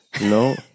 No